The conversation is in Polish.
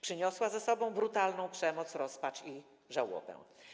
Przyniosła ze sobą brutalną przemoc, rozpacz i żałobę.